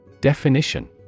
Definition